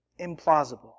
implausible